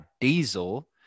diesel